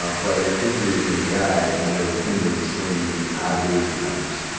ah but if history is any guide, we know the pendulum swings in odd ways sometimes.